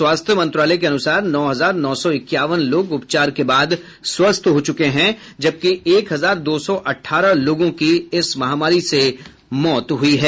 स्वास्थ्य मंत्रालय के अनुसार नौ हजार नौ सौ इक्यावन लोग उपचार के बाद स्वस्थ हो चुके हैं जबकि एक हजार दो सौ अठारह लोगों की इस महामारी से मौत हुई है